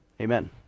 amen